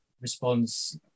response